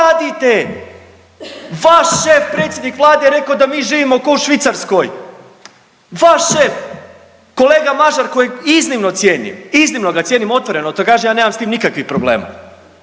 radite. Vaš šef je predsjednik Vlade rekao da mi živimo ko u Švicarskoj, vaš šef, kolega Mažar kojeg iznimno cijenim, iznimno ga cijenim otvoreno to kažem ja nemam s tim nikakvih problema.